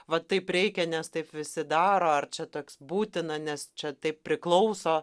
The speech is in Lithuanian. vat taip reikia nes taip visi daro ar čia toks būtina nes čia taip priklauso